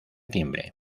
timbre